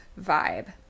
vibe